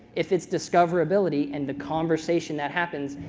if it's discoverability, and the conversation that happens,